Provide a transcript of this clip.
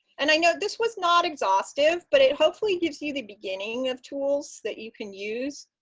and i know this was not exhaustive, but it hopefully gives you the beginning of tools that you can use,